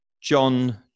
John